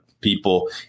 people